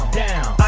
down